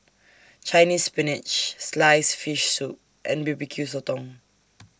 Chinese Spinach Sliced Fish Soup and B B Q Sotong